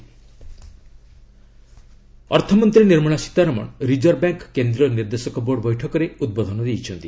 FM RBI ଅର୍ଥମନ୍ତ୍ରୀ Nirmala Sitharaman reserve bank କେନ୍ଦ୍ରୀୟ ନିର୍ଦ୍ଦେଶକ ବୋର୍ଡ୍ ବୈଠକରେ ଉଦ୍ବୋଧନ ଦେଇଛନ୍ତି